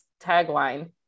tagline